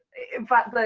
in fact, like